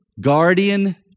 guardian